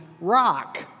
rock